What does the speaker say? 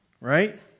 Right